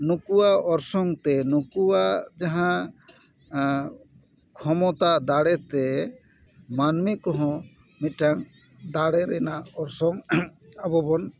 ᱱᱩᱠᱩᱣᱟᱜ ᱚᱨᱥᱚᱝᱛᱮ ᱱᱩᱠᱩᱣᱟᱜ ᱡᱟᱦᱟᱸ ᱠᱷᱚᱢᱚᱛᱟ ᱫᱟᱲᱮ ᱛᱮ ᱢᱟᱹᱱᱢᱤ ᱠᱚᱦᱚᱸ ᱢᱤᱫᱴᱟᱝ ᱫᱟᱲᱮ ᱨᱮᱱᱟᱜ ᱚᱨᱥᱚᱝ ᱟᱵᱚ ᱵᱚᱱ